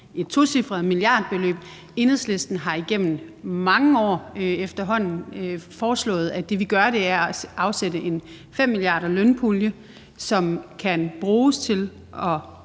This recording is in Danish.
et tocifret milliardbeløb. Enhedslisten har igennem efterhånden mange år foreslået, at det, vi gør, er at afsætte en lønpulje på 5 mia. kr., som kan bruges til at